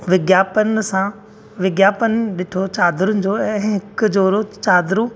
विज्ञापन सां विज्ञापन ॾिठो चादरुनि जो ऐं हिकु जोड़ो चादरूं